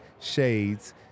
shades